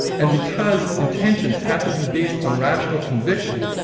and because intentions had to be based on rational conviction,